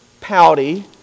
pouty